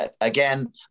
again